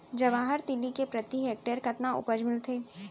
जवाहर तिलि के प्रति हेक्टेयर कतना उपज मिलथे?